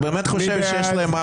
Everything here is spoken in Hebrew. הצבעה לא